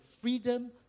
freedom